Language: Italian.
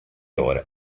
ore